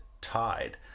tied